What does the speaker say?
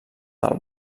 del